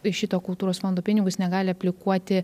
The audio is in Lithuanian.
į šito kultūros fondo pinigus negali aplikuoti